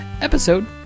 episode